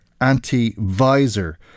anti-visor